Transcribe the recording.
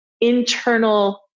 internal